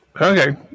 Okay